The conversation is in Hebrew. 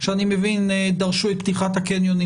שאני מבין דרשו את פתיחת הקניונים,